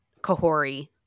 Kahori